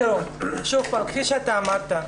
תראו, שוב פעם, כמו שאתה אמרת,